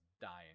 dying